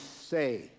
say